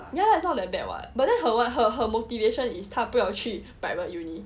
ya lah it's not that bad [what] but then her motivation is 他不要去 private uni